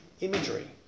imagery